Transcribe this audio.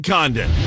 Condon